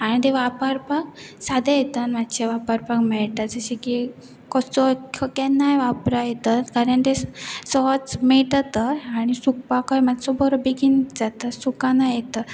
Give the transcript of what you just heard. आनी ते वापरपाक सादें येतता आनी मातशे वापरपाक मेळटा जशें की कसो केन्नाय वापरा येतात कारण ते सहज मेळटात आनी सुकपाकय मातसो बरो बेगीन जाता सुकान येतता